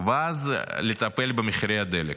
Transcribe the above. ואז לטפל במחירי הדלק.